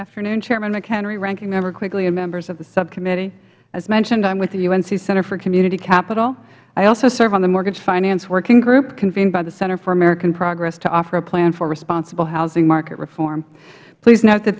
afternoon chairman mchenry ranking member quigley and members of the subcommittee as mentioned i am with the un center for community capital i also serve on the mortgage finance working group convened by the center for american progress to offer a plan for responsible housing market reform please note that